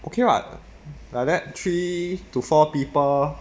okay what like that three to four people